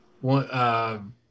one